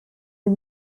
who